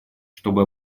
чтобы